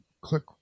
click